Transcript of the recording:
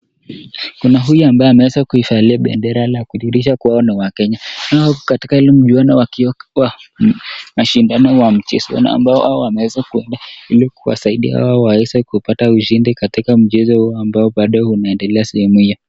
Kuna huyu ambaye ameweza kuivalia bendera kudhihirisha kuwa wao ni Wakenya. Hao wako katika ile mchuano wakishindana wa mchezo, nao ambao wao wameweza kwenda ili kuwasaidia wao waweze kupata ushindi katika mchezo huo ambao bado unaendelea sehemu hiyo.